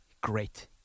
Great